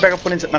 like opponent